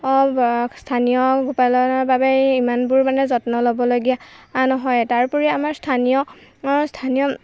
স্থানীয় গো পালনৰ বাবে ইমানবোৰ মানে যত্ন ল'বলগীয়া নহয় তাৰ উপৰিও আমাৰ স্থানীয় স্থানীয়